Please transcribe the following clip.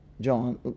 John